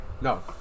no